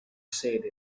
sede